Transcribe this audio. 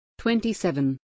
27